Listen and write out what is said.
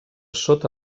sota